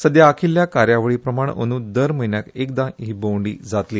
सध्या आंखिल्ल्या कार्यावळी प्रमाण अंदूं दर म्हयन्याक एकदां ही भोंवडी जातली